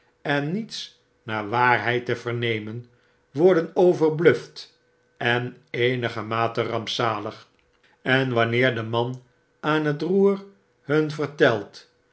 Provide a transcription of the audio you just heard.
en niets naar waarheid te vernemen worden overbluft en eenigermate rampzalig en wanneer de man aan het roer hun vertelt